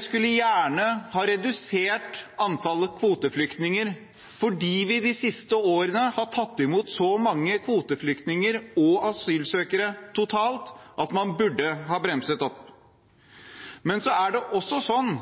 skulle gjerne ha redusert antallet kvoteflyktninger fordi vi de siste årene har tatt imot så mange kvoteflyktninger og asylsøkere totalt at man burde ha bremset. Men så er det også sånn